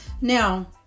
Now